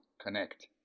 Connect